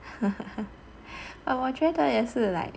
err 我觉得也是 like